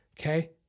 okay